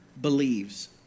believes